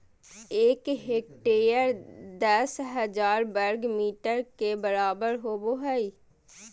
एक हेक्टेयर दस हजार वर्ग मीटर के बराबर होबो हइ